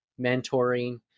mentoring